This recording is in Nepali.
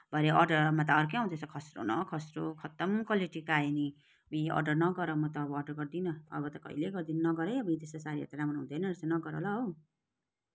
भरे अर्डरहरूमा त अर्कै आउँदो रहेछ खस्रो न खस्रो खत्तम क्वालिटीको आयो नि अब्बुई अर्डर नगर म त अब अर्डर गर्दिनँ अब त कहिले गर्दिनँ नगर है अब्बुई त्यस्तो साडीहरू त राम्रो हुँदैन रहेछ नगर ल औ